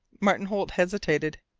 martin holt hesitated.